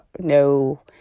no